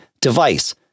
device